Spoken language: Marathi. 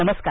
नमस्कार